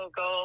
go